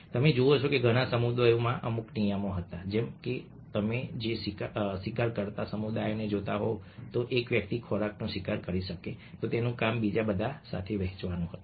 તમે જુઓ છો કે ઘણા સમુદાયોમાં અમુક નિયમો હતા જેમ કે જો તમે શિકાર કરતા સમુદાયોને જોતા હોવ તો જો એક વ્યક્તિ ખોરાકનો શિકાર કરી શકે તો તેનું કામ બીજા બધા સાથે વહેંચવાનું હતું